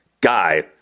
guy